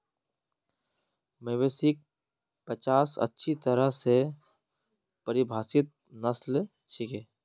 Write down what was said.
मवेशिक पचास अच्छी तरह स परिभाषित नस्ल छिके